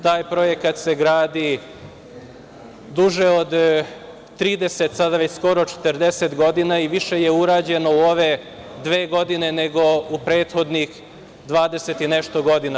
Taj projekat se gradi duže od 30, sada već skoro 40 godina i više je urađeno u ove dve godine nego u prethodnih dvadeset i nešto godina.